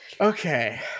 okay